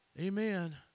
Amen